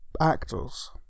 actors